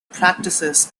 practices